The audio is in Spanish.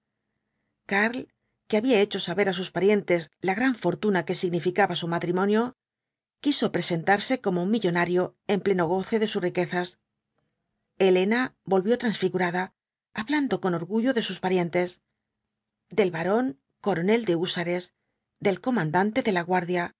karl que había hecho saber á sus parientes la gran fortuna que significaba su matrimonio quiso presentarse como un millonario en pleno goce de sus riquezas elena volvió transfigurada hablando con orgullo de sus parientes del barón coronel de húsares del comandante de la guardia